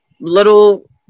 Little